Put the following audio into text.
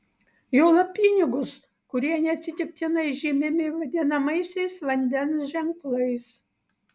juolab pinigus kurie neatsitiktinai žymimi vadinamaisiais vandens ženklais